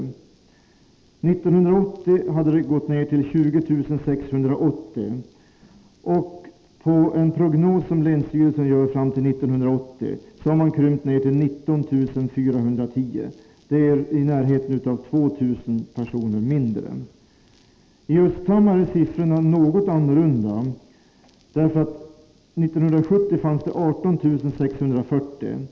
År 1980 hade det gått ned till Allmänpolitisk de 20 608, och enligt länsstyrelsens prognos kommer det år 1990 att ha krympt bati För Östhammar är siffrorna något annorlunda. År 1970 fanns där 18 640 invånare.